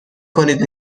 کنید